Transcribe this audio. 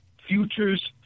futures